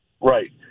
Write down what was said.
Right